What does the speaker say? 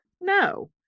No